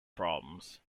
problems